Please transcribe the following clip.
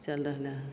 चलि रहलै हँ